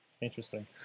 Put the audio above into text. Interesting